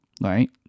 right